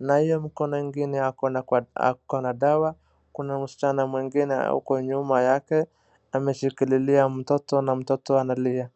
Na hiyo mkono ingine ako na dawa. Kuna msichana mwingine huko nyuma yake ameshikilia mtoto na mtoto analia.